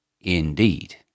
Indeed